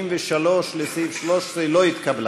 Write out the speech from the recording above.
83, לסעיף 13, לא התקבלה.